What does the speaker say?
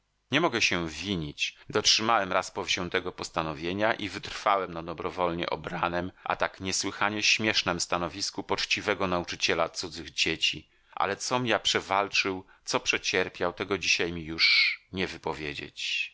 nie mogę się winić dotrzymałem raz powziętego postanowienia i wytrwałem na dobrowolnie obranem a tak niesłychanie śmiesznem stanowisku poczciwego nauczyciela cudzych dzieci ale com ja przewalczył co przecierpiał tego dzisiaj mi już nie wypowiedzieć